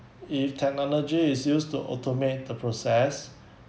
if technology is used to automate the process